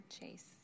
Chase